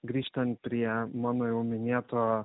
grįžtant prie mano jau minėto